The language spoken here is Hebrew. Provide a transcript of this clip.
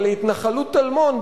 אבל להתנחלות טלמון,